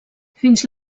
fins